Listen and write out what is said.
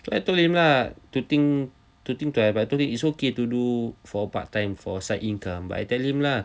I told him lah to think to think twice but I told him it's okay to do for part time for side income but I tell him lah